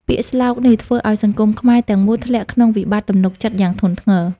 ពាក្យស្លោកនេះធ្វើឱ្យសង្គមខ្មែរទាំងមូលធ្លាក់ក្នុងវិបត្តិទំនុកចិត្តយ៉ាងធ្ងន់ធ្ងរ។